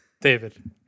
David